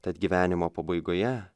tad gyvenimo pabaigoje